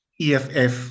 EFF